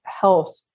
health